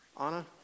Anna